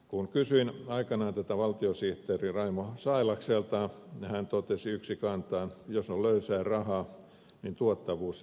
kun kysyin aikanaan tätä valtiosihteeri raimo sailakselta hän totesi yksikantaan jos on löysää rahaa niin tuottavuus ei kehity